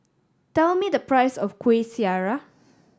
tell me the price of Kuih Syara